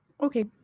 Okay